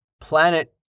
planet